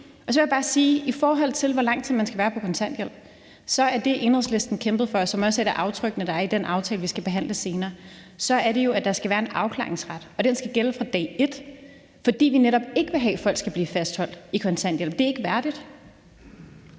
Så vil jeg bare sige i forhold til hvor lang tid man skal være på kontanthjælp, at det, Enhedslisten har kæmpet for, og som også er et af de aftryk, der er i den aftale, vi skal behandle senere, jo er, at der skal være en afklaringsret, der skal gælde fra dag et. For vi vil netop ikke have, at folk skal blive fastholdt i kontanthjælp. Det er ikke værdigt.